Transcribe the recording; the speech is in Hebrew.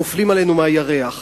נופלים עלינו מהירח,